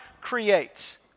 creates